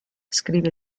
scrive